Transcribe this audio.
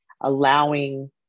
allowing